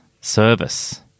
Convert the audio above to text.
service